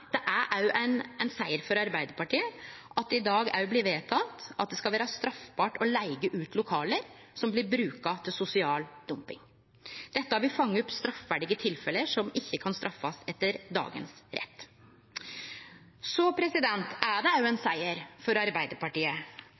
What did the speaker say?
det er ein siger for Arbeidarpartiet at det i dag òg blir vedteke at det skal vere straffbart å leige ut lokale som blir brukt til sosial dumping. Dette vil fange opp straffverdige tilfelle som ikkje kan straffast etter dagens rett. Det er òg ein siger for Arbeidarpartiet